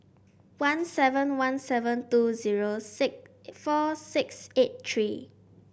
one seven one seven two zero six four six eight three